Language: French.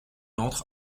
entre